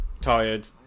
tired